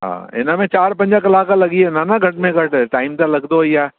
हा इन में चार पंज कलाक लॻी वेंदा न घट में घटि टाइम त लॻंदो ई आहे